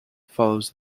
follows